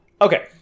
Okay